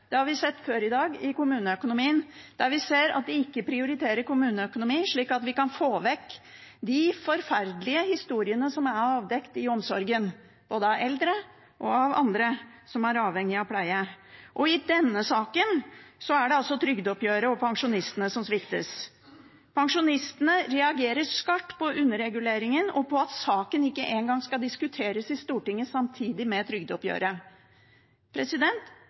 Det har vi sett før i dag ved behandlingen av kommuneøkonomien, der vi ser at de ikke prioriterer kommuneøkonomi, slik at vi kan få vekk de forferdelige historiene som er avdekt i omsorgen både av eldre og av andre som er avhengig av pleie. I denne saken er det trygdeoppgjøret og pensjonistene som sviktes. Pensjonistene reagerer skarpt på underreguleringen og på at saken ikke en gang skal diskuteres i Stortinget samtidig med trygdeoppgjøret.